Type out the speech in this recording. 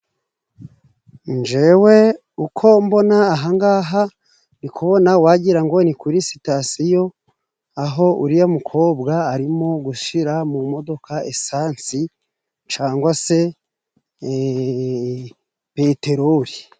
Njewe uko mbona aha ngaha, ndi kubona wagira ngo ni kuri sitasiyo. Aho uriya mukobwa arimo gushira mu modoka esansi cangwa se peterori.